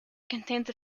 contains